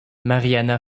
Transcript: marianna